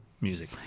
music